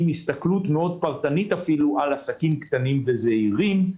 עם הסתכלות פרטנית מאוד על עסקים קטנים וזעירים.